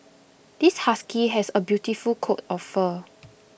this husky has A beautiful coat of fur